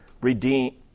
redeem